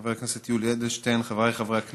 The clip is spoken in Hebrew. חבר הכנסת יולי אדלשטיין, חבריי חברי הכנסת,